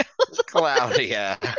Claudia